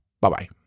Bye-bye